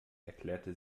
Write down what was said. erklärte